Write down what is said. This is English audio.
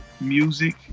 music